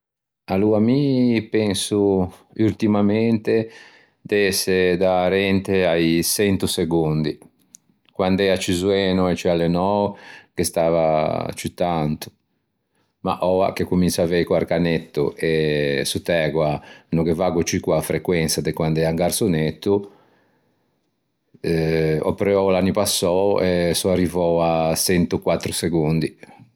Aloa mi penso urtimamente de ëse da arente a-i çento segondi. Quand'ea zoeno e ciù allenou ghe stava ciù tanto ma oua che cominso à avei quarche annetto e sott'ægua no ghe vaggo ciù co-a frequensa de quande ea un garsonetto ehm ò preuou l'anni passou e son arrivou à çentoquattro segondi.